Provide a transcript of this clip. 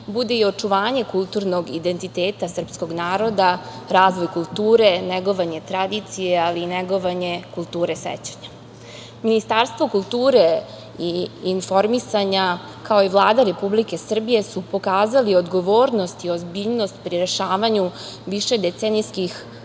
bude i očuvanje kulturnog identiteta srpskog naroda, razvoj kulture, negovanje tradicije, ali i negovanje kulture sećanja. Ministarstvo kulture i informisanja, kao i Vlada Republike Srbije su pokazali odgovornost i ozbiljnost pri rešavanju višedecenijskih